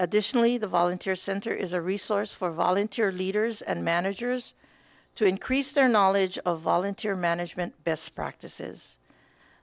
additionally the volunteer center is a resource for volunteer leaders and managers to increase their knowledge of volunteer management best practices